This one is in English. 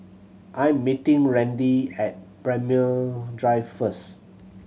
I am meeting Randi at Braemar Drive first